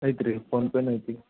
ಐತೆ ರೀ ಫೋನ್ಪೇನು ಐತೆ